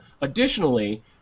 Additionally